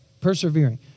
Persevering